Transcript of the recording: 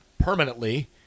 permanently